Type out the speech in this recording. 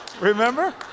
Remember